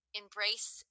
embrace